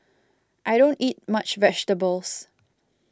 I don't eat much vegetables